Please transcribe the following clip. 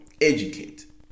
educate